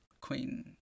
Queen